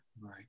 right